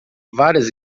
várias